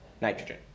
nitrogen